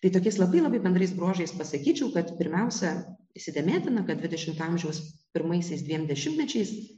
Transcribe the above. tai tokiais labai labai bendrais bruožais pasakyčiau kad pirmiausia įsidėmėtina kad dvidešimto amžiaus pirmaisiais dviem dešimtmečiais